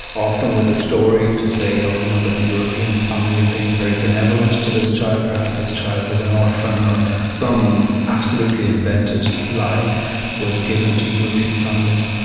often with a story to say, oh, you know that the european family are being very benevolent to this child perhaps this child was an orphan, or some absolutely invented lie was given to european families,